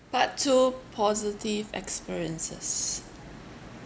part two positive experiences